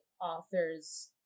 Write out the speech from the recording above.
authors